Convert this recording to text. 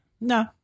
No